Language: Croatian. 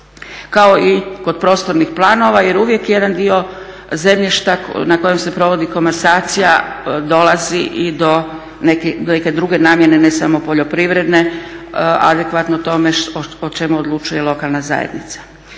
kao i kod prostornih planova jer uvijek jedan dio zemljišta na kojem se provodi komasacija dolazi i do neke druge namjene ne samo poljoprivredne adekvatno tome o čemu odlučuje lokalna zajednica.